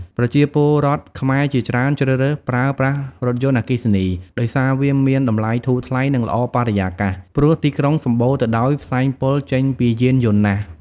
ប្រជាពលរដ្ឋខ្មែរជាច្រើនជ្រើសរើសប្រើប្រាស់រថយន្តអគ្គីសនី ដោយសារវាមានតម្លៃធូរថ្លៃ និងល្អបរិយាស ព្រោះទីក្រុងសម្បូរទៅដោយផ្សែងពុលចេញពីយានយន្តណាស់។